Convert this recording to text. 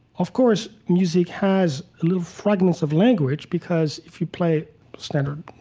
of course, music has a little fragments of language because if you play standard,